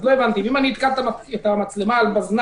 הוא אל אם הוא יתקע את המצלמה על עמוד,